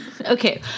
Okay